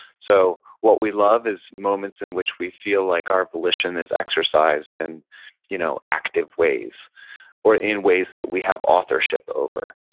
so, what we love is moments in which we feel like our volition is exercised in you know active ways or in ways that we have authorship over.